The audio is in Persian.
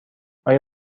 آیا